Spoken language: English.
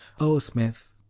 oh, smith,